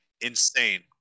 insane